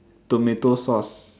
tomato sauce